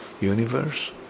universe